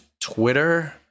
Twitter